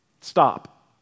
stop